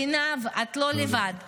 עינב, את לא לבד.